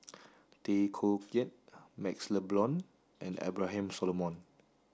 Tay Koh Yat MaxLe Blond and Abraham Solomon